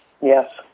Yes